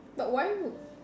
but why would